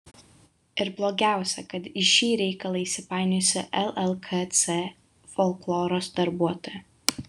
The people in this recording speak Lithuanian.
ir blogiausia kad į šį reikalą įsipainiojusi llkc folkloro darbuotoja